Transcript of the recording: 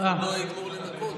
שכבודו יגמור לנקות.